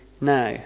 now